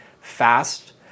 fast